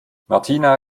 martina